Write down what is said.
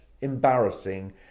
embarrassing